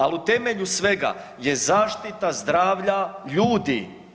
Ali u temelju svega je zaštita zdravlja ljudi.